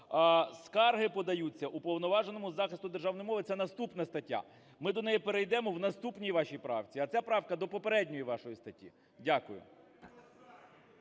скарги подаються Уповноваженому із захисту державної мови, це наступна стаття, ми до неї перейдемо в наступній вашій правці. А ця правка до попередньої вашої статті. Дякую.